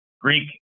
Greek